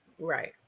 right